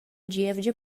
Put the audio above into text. gievgia